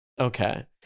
okay